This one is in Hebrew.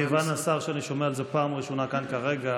מכיוון שאני שומע על זה בפעם הראשונה כאן כרגע,